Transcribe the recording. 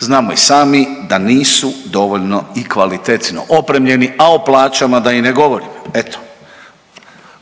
Znamo i sami da nisu dovoljno i kvalitetno opremljeni, a o plaćama da i ne govorim.